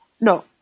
No